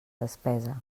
despesa